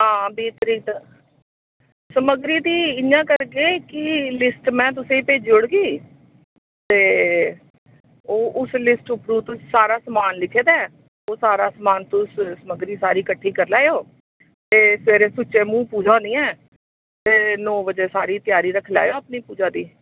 आं बीह् तरीक समग्री भी इ'यां करगे की लिस्ट में तुसेंगी भेजी ओड़गी ते उस लिस्ट उप्पर सारा समान लिखे दा ऐ ते सारा समान तुस सारी समग्री किट्ठी करी लैयो ते एह् सबैह्रे सुच्चे मूंह् पूजा होनी ऐ ते नौ बजे सारी त्यारी रक्खी लैयो अपनी पूजा दी